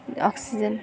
oxygen